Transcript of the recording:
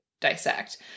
dissect